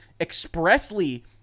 expressly